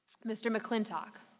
mr. mcclintock?